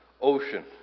ocean